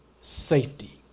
safety